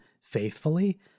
faithfully